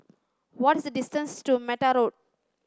what is the distance to Mata Road